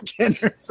again